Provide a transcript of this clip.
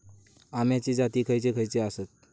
अम्याचे जाती खयचे खयचे आसत?